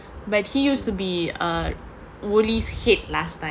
but he used to be err Woolie's head last time